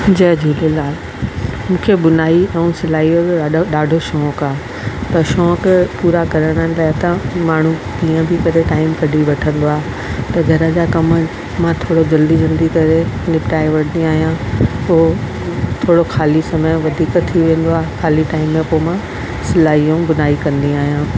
जय झूलेलाल मूंखे बुनाई ऐं सिलाई जो ॾाढे ॾाढो शौक़ु आहे त शौक़ु पूरा करण लाइ त माण्हू कीअं बि करे टाईम कढी वठंदो आहे त घर जा कम मां थोरो जल्दी जल्दी करे निपिटाए वठंदी आहियां पोइ थोरो ख़ाली समय वधीक थी वेंदो आहे ख़ाली टाइम में पोइ मां सिलाई ऐं बुनाई कंदी आहियां